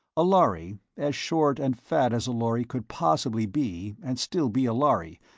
a lhari, as short and fat as a lhari could possibly be and still be a lhari,